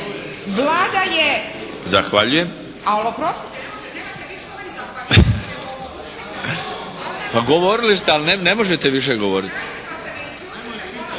strane, ne razumije se./… Pa govorili ste, ali ne možete više govoriti.